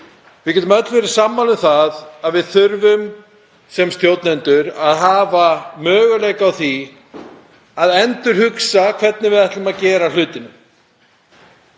og rekstri, verið sammála um að við þurfum sem stjórnendur að hafa möguleika á því að endurhugsa hvernig við ætlum að gera hlutina